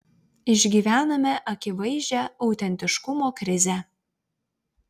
išgyvename akivaizdžią autentiškumo krizę